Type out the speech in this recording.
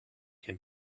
can